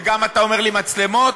וגם אתה אומר לי: מצלמות.